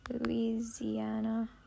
Louisiana